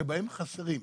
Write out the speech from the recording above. שבהם חסרים,